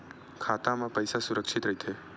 खाता मा पईसा सुरक्षित राइथे?